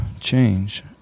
change